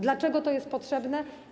Dlaczego to jest potrzebne?